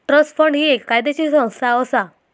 trust fund ही एक कायदेशीर संस्था असा